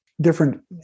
different